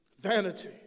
vanity